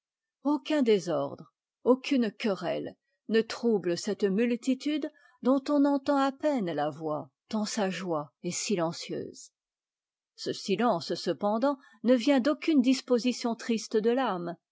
aucun désordre aucune querelle ne trouble cette multitude dont on entend à peine la voix tant sa joie est silencieuse ce silence cependant ne vient d'aucune disposition triste de l'âme